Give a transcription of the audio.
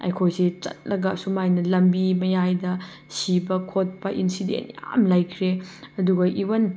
ꯑꯩꯈꯣꯏꯁꯦ ꯆꯠꯂꯒ ꯑꯁꯨꯃꯥꯏꯅ ꯂꯝꯕꯤ ꯃꯌꯥꯏꯗ ꯁꯤꯕ ꯈꯣꯠꯄ ꯏꯟꯁꯤꯗꯦꯟ ꯌꯥꯝ ꯂꯩꯈ꯭ꯔꯦ ꯑꯗꯨꯒ ꯏꯕꯟ